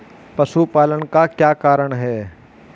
पशुपालन का क्या कारण है?